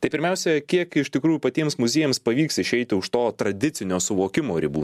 tai pirmiausia kiek iš tikrųjų patiems muziejams pavyks išeiti už to tradicinio suvokimo ribų